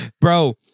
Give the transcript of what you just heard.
Bro